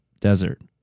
desert